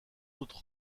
autres